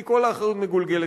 כי כל האחריות מגולגלת אליך.